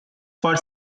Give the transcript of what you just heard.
for